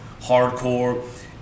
hardcore